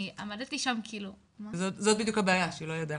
זה בדיוק הבעיה שהיא לא יודעת.